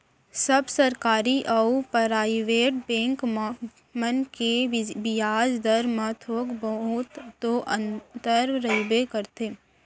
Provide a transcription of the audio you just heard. सब सरकारी अउ private bank मन के बियाज दर म थोक बहुत तो अंतर रहिबे करथे